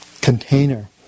container